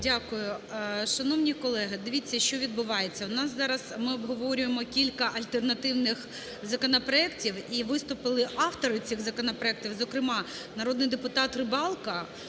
Дякую. Шановні колеги, дивіться, що відбувається У нас зараз, ми обговорюємо кілька альтернативних законопроектів, і виступили автори цих законопроектів, зокрема народний депутат Рибалка,